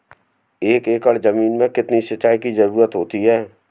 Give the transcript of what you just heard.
एक एकड़ ज़मीन में कितनी सिंचाई की ज़रुरत होती है?